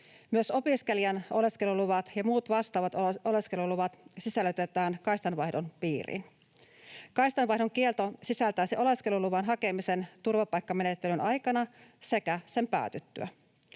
Myös opiskelijan oleskeluluvat ja muut vastaavat oleskeluluvat sisällytetään kaistanvaihdon piiriin. Kaistanvaihdon kielto sisältäisi oleskeluluvan hakemisen turvapaikkamenettelyn aikana sekä sen päätyttyä.